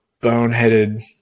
boneheaded